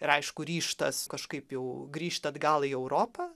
ir aišku ryžtas kažkaip jau grįžt atgal į europą